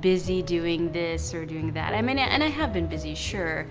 busy doing this, or doing that. i mean, and and i have been busy. sure.